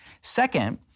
Second